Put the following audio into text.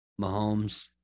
Mahomes